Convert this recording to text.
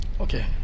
Okay